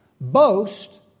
boast